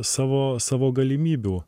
savo savo galimybių